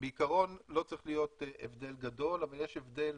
בעיקרון, לא צריך להיות הבדל גדול, אבל יש הבדל.